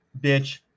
Bitch